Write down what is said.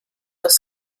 das